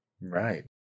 Right